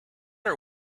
are